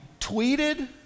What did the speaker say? tweeted